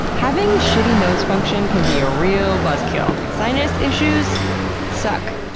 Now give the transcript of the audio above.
having shitty nose function can be a real buzzkill. sinus issues suck!